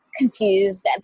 confused